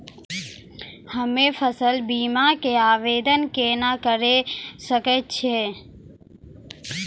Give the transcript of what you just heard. हम्मे फसल बीमा के आवदेन केना करे सकय छियै?